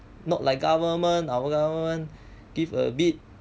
not like government our government give a bit